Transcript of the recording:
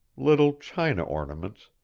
little china ornaments,